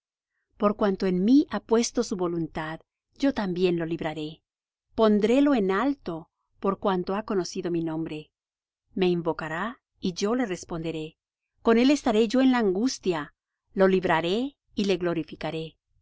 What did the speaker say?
por cuanto en mí ha puesto su voluntad yo también lo libraré pondrélo en alto por cuanto ha conocido mi nombre me invocará y yo le responderé con él estare yo en la angustia lo libraré y le glorificaré